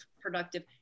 productive